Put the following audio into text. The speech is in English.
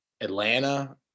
Atlanta